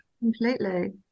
completely